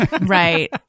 right